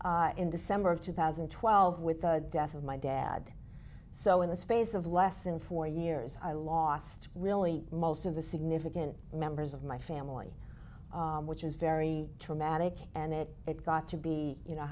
in december of two thousand and twelve with the death of my dad so in the space of less than four years i lost really most of the significant members of my family which is very traumatic and it it got to be you know